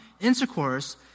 Intercourse